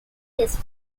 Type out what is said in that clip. his